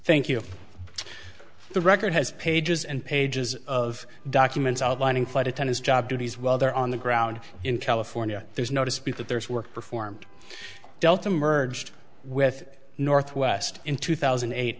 thank you the record has pages and pages of documents outlining flight attend his job duties while they're on the ground in california there's no dispute that there is work performed delta merged with northwest in two thousand and eight